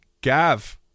Gav